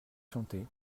chanté